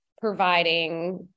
providing